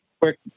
Quick